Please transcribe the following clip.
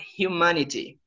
humanity